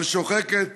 אבל שוחקת